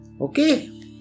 Okay